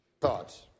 Thoughts